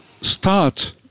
start